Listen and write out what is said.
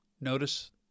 notice